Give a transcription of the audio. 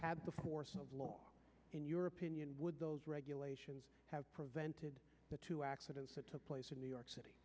had before law in your opinion would those regulations have prevented the two accidents that took place in new york city